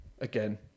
Again